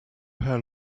how